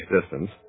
distance